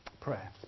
Prayer